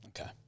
Okay